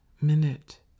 minute